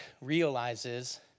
realizes